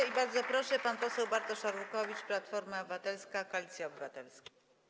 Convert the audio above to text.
I bardzo proszę, pan poseł Bartosz Arłukowicz, Platforma Obywatelska - Koalicja Obywatelska.